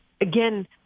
again